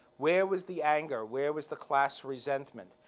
where was the anger? where was the class resentment?